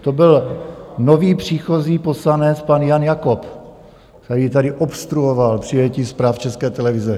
To byl nově příchozí poslanec pan Jan Jakob, který tady obstruoval přijetí zpráv České televize.